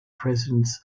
presence